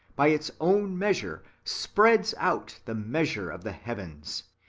by its own measure, spreads out the measure of the heavens,